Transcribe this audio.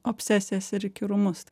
obsesijas ir įkyrumus